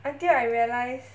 until I realized